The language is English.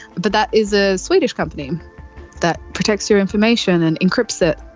but that is a swedish company that protects your information and encrypts it.